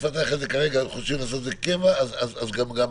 עכשיו.